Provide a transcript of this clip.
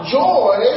joy